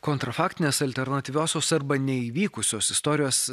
kontrfaktinės alternatyviosios arba neįvykusios istorijos